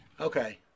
Okay